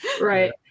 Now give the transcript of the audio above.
right